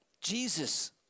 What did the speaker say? Jesus